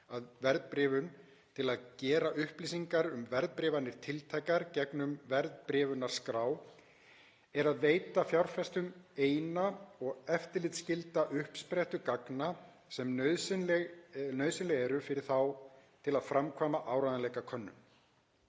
að verðbréfun til að gera upplýsingar um verðbréfanir tiltækar gegnum verðbréfunarskrá er að veita fjárfestum eina og eftirlitsskylda uppsprettu gagna sem nauðsynleg eru fyrir þá til að framkvæma áreiðanleikakönnun.